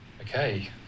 Okay